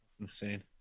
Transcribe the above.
Insane